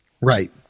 Right